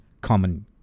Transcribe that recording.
common